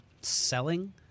selling